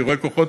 אני רואה כוחות